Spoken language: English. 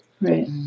Right